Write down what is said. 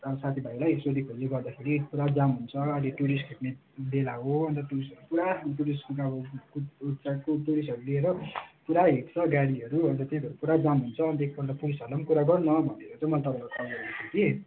साथीभाइलाई सोधीखोजी गर्दाखेरि पुरा जाम हुन्छ अहिले टुरिस्ट खेप्ने बेला हो अन्त टुरिस्टहरू पुरा टुरिस्टको त अब टुरिस्टहरू लिएर पुरा हिँड्छ गाडीहरू अन्त त्यही भएर पुरा जाम हुन्छ अन्त एकपल्ट पुलिसहरूलाई पनि कुरा गर् न भनेर चाहिँ मैले तपाईँलाई कल गरेको थिएँ कि